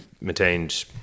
maintained